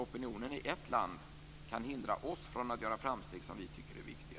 Opinionen i ett land kan hindra oss från att göra framsteg som vi tycker är viktiga.